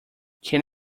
can